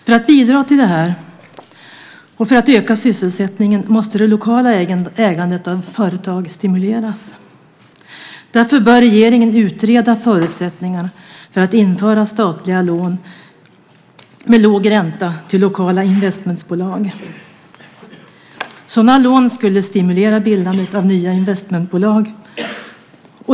För att bidra till detta och för att öka sysselsättningen måste det lokala ägandet av företag stimuleras. Därför bör regeringen utreda förutsättningar för att införa statliga lån med låg ränta till lokala investmentbolag. Sådana lån skulle stimulera bildandet av nya investmentbolag.